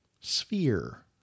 Sphere